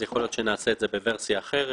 יכול להיות שנעשה את זה בוורסיה אחרת.